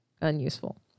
unuseful